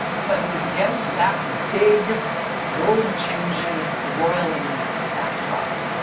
but it is against that big world changing royaling backdrop